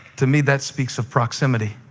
to me, that speaks of proximity.